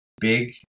big